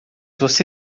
você